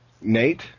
Nate